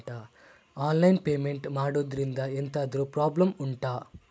online payment ಮಾಡುದ್ರಿಂದ ಎಂತಾದ್ರೂ problem ಉಂಟಾ